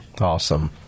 Awesome